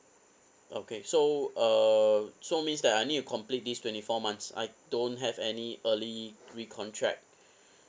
okay so uh so means that I need to complete this twenty four months I don't have any early recontract